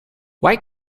why